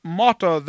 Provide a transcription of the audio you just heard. motto